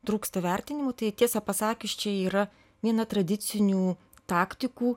trūksta vertinimų tai tiesą pasakius čia yra viena tradicinių taktikų